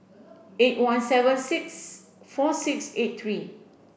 eight one seven six four six eight three